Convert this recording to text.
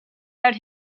out